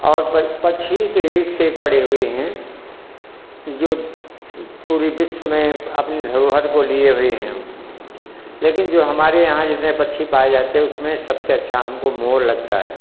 और पक पक्षी के एक से एक पड़े हुए हैं जो पूरी विश्व में अपनी धरोहर को लिए हुए हैं लेकिन जो हमारे यहाँ जैसे पक्षी पाए जाते हैं उसमें सबसे अच्छा हमको मोर लगता है